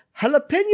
jalapeno